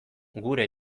gure